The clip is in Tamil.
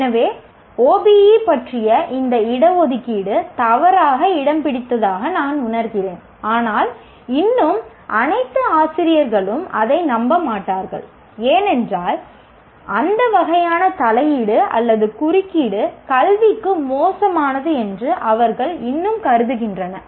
எனவே OBE பற்றிய இந்த இட ஒதுக்கீடு தவறாக இடம்பிடித்ததாக நான் உணர்கிறேன் ஆனால் இன்னும் அனைத்து ஆசிரியர்களும் அதை நம்ப மாட்டார்கள் ஏனென்றால் அந்த வகையான தலையீடு அல்லது குறுக்கீடு கல்விக்கு மோசமானது என்று அவர்கள் இன்னும் கருதுகின்றனர்